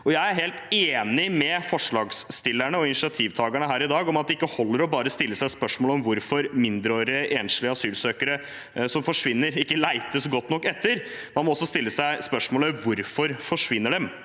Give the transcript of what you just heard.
Jeg er helt enig med forslagsstillerne og initiativtakerne her i dag om at det ikke holder bare å stille seg spørsmål om hvorfor mindreårige enslige asylsøkere som forsvinner, ikke letes godt nok etter. Man må også stille seg spørsmålet: Hvorfor forsvinner